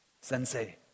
Sensei